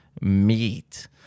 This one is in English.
meat